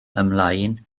ymlaen